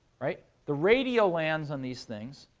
right? the radio lans on these things,